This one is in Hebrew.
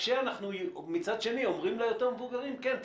כשאנחנו מצד שני אומרים ליותר מבוגרים: כן,